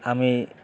আমি